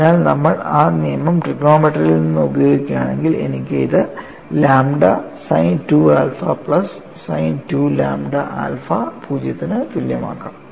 അതിനാൽ നമ്മൾ ആ നിയമം ട്രിഗണോമെട്രിയിൽ നിന്ന് ഉപയോഗിക്കുകയാണെങ്കിൽ എനിക്ക് ഇത് lambda sine 2 alpha plus sine 2 lambda alpha 0 എന്നതിന് തുല്യമാക്കാം